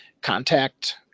contact